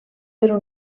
per